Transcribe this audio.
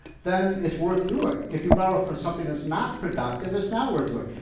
then it's worth doing. if you borrow for something that's not productive, it's not worth doing.